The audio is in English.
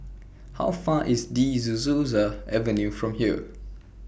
How Far away IS De Souza Avenue from here